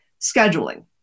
scheduling